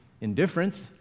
indifference